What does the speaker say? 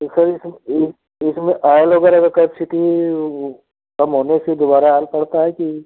तो सर इसमें इन इसमें आयल वगैरह का कैपेसिटी वो कम होने से दोबारा आयल पड़ता है कि